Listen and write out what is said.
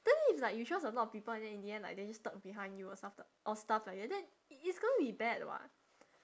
then it's like you trust a lot of people and then in the end like they just talk behind you or or stuff like that then i~ it's going to be bad [what]